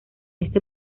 este